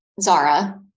Zara